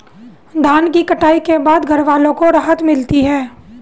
धान की कटाई के बाद घरवालों को राहत मिलती है